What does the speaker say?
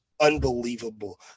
unbelievable